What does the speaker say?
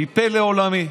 והיא פלא עולמי.